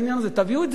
תביאו את זה אתם,